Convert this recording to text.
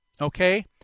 Okay